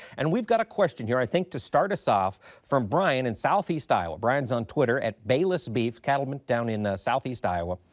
and we've got a question here i think to start us off from bryan in southeast iowa. bryan is on twitter baylissbeef, cattleman down in southeast iowa.